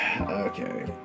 Okay